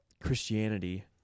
Christianity